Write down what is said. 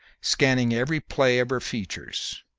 scanning every play of her features.